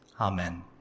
Amen